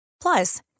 Plus